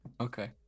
Okay